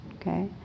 okay